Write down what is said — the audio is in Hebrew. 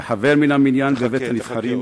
כחבר מן המניין בבית-הנבחרים של הבית היהודי.